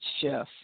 chef